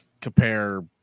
compare